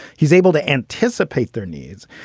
he's able to anticipate their needs.